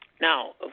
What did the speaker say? Now